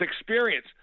experience